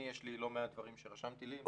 אני, יש לי לא מעט דברים שרשמתי לי.